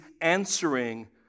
answering